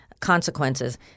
consequences